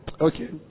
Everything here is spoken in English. Okay